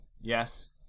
Yes